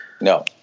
no